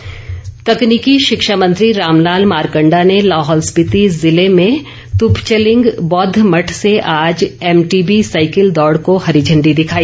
मारकण्डा तकनीकी शिक्षा मंत्री रामलाल मारकण्डा ने लाहौल स्पीति जिले में तुपचलिंग बौद्ध मठ से आज एमटीबी साईकिल दौड़ को हरी झण्डी दिखाई